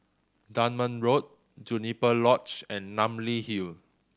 Dunman Road Juniper Lodge and Namly Hill